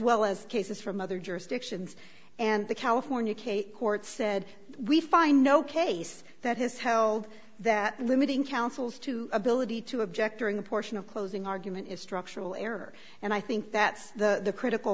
well as cases from other jurisdictions and the california case court said we find no case that has held that limiting counsels to ability to object during the portion of closing argument is structural error and i think that's the critical